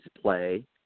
play